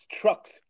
trucks